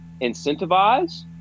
incentivize